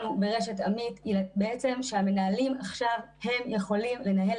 ברשת אמית היא בעצם שהמנהלים עכשיו יכולים לנהל